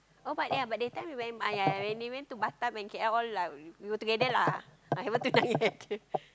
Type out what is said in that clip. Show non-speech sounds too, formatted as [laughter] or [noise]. oh but ya that time we went uh ya ya when they went to Batam and K_L all like we were together lah uh haven't tunang yet [laughs]